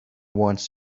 wants